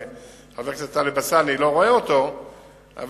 אני לא רואה את חבר הכנסת טלב אלסאנע,